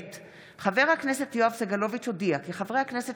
חבר הכנסת יואב סגלוביץ' הודיע כי חברי הכנסת